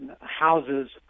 houses